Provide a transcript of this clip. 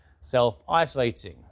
self-isolating